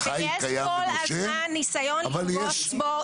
ויש כל הזמן ניסיון לנגוס בו,